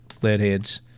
Leadheads